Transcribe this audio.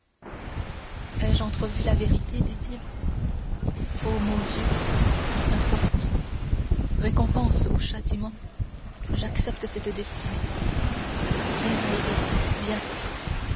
ai-je entrevu la vérité dit-il ô mon dieu n'importe récompense ou châtiment j'accepte cette destinée viens haydée viens